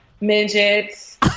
midgets